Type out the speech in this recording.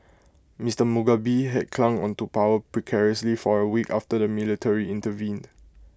Mister Mugabe had clung on to power precariously for A week after the military intervened